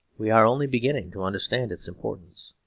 we are only beginning to understand its importance.